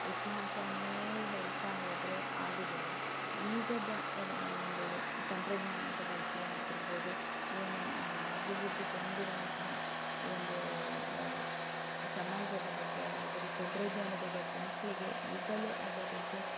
ಇತಿಹಾಸವನ್ನೇ ಹೇಳ್ತಾ ಹೋದರೆ ಆಗುವುದಿಲ್ಲ ಈಗದ ರೆ ಒಂದು ತಂತ್ರಜ್ಞಾನದ ಬಗ್ಗೆ ಆಗಿರ್ಬೋದು ಈ ಒಂದು ನಾ ಅಭಿವೃದ್ದಿಗೊಂಡಿರುವಂತಹ ಈ ಒಂದು ಸಮಾಜದ ಬಗ್ಗೆ ಅದರ ತಂತ್ರಜ್ಞಾನದ ಬಗ್ಗೆ ಮಕ್ಕಳಿಗೆ ಈಗಲೇ ಅದರ ಬಗ್ಗೆ